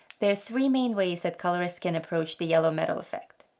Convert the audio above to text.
there are three main ways that colorists can approach the yellow metal effect.